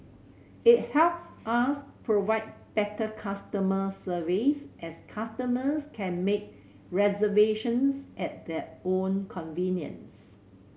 it helps us provide better customer service as customers can make reservations at their own convenience